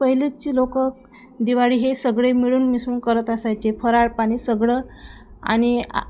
पहिलेची लोक दिवाळी हे सगळे मिळून मिसळून करत असायचे फराळ पाणी सगळं आणि आ